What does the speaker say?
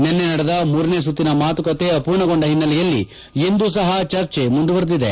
ನಿನ್ನೆ ನಡೆದ ಮೂರನೇ ಸುತ್ತಿನ ಮಾತುಕತೆ ಅರ್ಪೂರ್ಣಗೊಂಡ ಹಿನ್ನೆಲೆಯಲ್ಲಿ ಇಂದು ಸಹ ಚರ್ಚೆ ಮುಂದುವರೆದಿದೆ